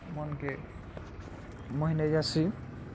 ମନ୍କେ ମୋହି ନେଇଯାଏସି